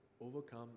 overcome